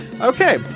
Okay